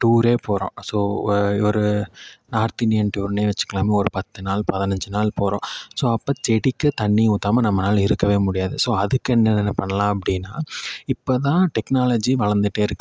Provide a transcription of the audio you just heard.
tour போகிறோம் so ஒரு north Indian டூருன்னு வச்சிக்கலாம் ஒரு பத்து நாள் பதினஞ்சு நாள் போகிறோம் ஸோ அப்போ செடிக்கு தண்ணி ஊற்றாம நம்மளால் இருக்க முடியாது ஸோ அதுக்கு என்னென்ன பண்ணலாம் அப்படின்னா இப்போ தான் டெக்னாலஜி வளர்ந்துட்டே இருக்குது